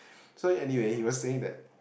so anyway you were saying that